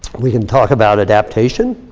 we can talk about adaptation,